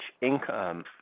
income